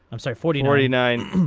i'm sorry forty forty nine.